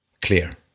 clear